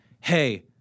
hey